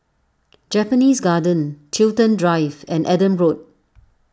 Japanese Garden Chiltern Drive and Adam Road